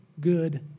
good